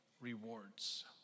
rewards